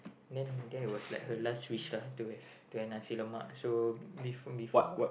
then there was like her last wish lah to to have Nasi-Lemak so before before